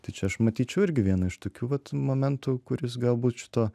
tai čia aš matyčiau irgi vieną iš tokių vat momentų kuris galbūt šito